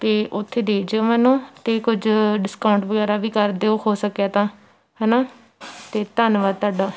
ਅਤੇ ਉੱਥੇ ਦੇ ਜਿਓ ਮੈਨੂੰ ਅਤੇ ਕੁਝ ਡਿਸਕਾਊਂਟ ਵਗੈਰਾ ਵੀ ਕਰ ਦਿਓ ਹੋ ਸਕਿਆ ਤਾਂ ਹੈ ਨਾ ਅਤੇ ਧੰਨਵਾਦ ਤੁਹਾਡਾ